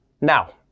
Now